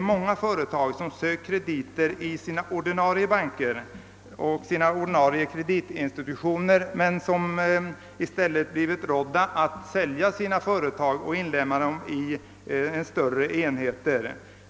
många företagare sökt krediter i sina ordinarie banker och kreditinstitut men därvid blivit rådda att sälja sina företag och inlemma dem i större enheter.